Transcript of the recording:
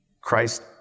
Christ